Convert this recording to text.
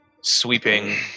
sweeping